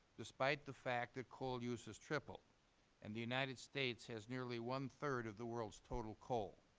despite the fact that coal use has tripled and the united states has nearly one-third of the world's total coal.